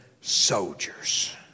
soldiers